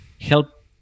help